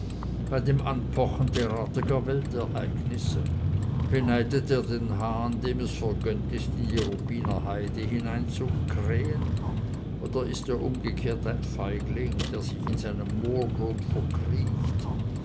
bei dem anpochen derartiger weltereignisse beneidet er den hahn dem es vergönnt ist in die ruppiner lande hineinzukrähen oder ist er umgekehrt ein feigling der sich in seinem moorgrund verkriecht